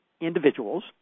individuals